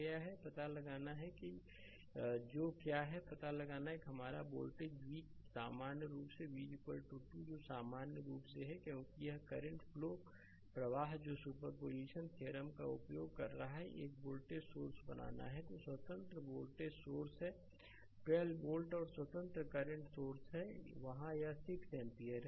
slide समय देखें 1412 पता लगाना है कि जो क्या है पता लगाना है कि हमारा वोल्टेज v सामान्य रूप से v 2 जो सामान्य रूप से है क्योंकि यह करंट फ्लो प्रवाह है जो सुपरपोजिशन थ्योरम का उपयोग कर रहा है एक वोल्टेज सोर्स बनाना है स्वतंत्र वोल्टेज सोर्स है 12 वोल्ट और एक स्वतंत्र करंट सोर्स है वहाँ यह 6 एम्पीयर है